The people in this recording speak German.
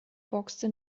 boxte